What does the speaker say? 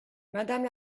madame